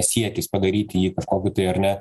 siekis padaryti jį kažkokiu tai ar ne